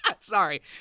Sorry